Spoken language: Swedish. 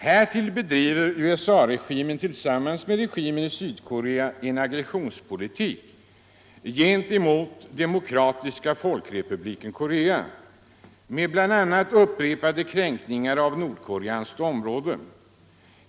Härtill bedriver USA-regimen tillsammans med regimen i Sydkorea en aggressionspolitik gentemot Demokratiska folkrepubliken Korea med bl.a. upprepade kränkningar av nordkoreanskt område.